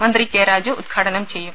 മന്ത്രി കെ രാജു ഉദ്ഘാടനം ചെയ്യും